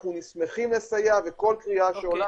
אנחנו שמחים לסייע וכל קריאה שעולה